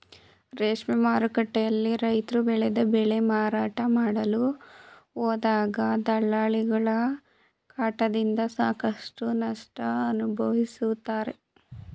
ರೇಷ್ಮೆ ಮಾರುಕಟ್ಟೆಯಲ್ಲಿ ರೈತ್ರು ಬೆಳೆದ ಬೆಳೆ ಮಾರಾಟ ಮಾಡಲು ಹೋದಾಗ ದಲ್ಲಾಳಿಗಳ ಕಾಟದಿಂದ ಸಾಕಷ್ಟು ನಷ್ಟ ಅನುಭವಿಸುತ್ತಾರೆ